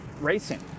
racing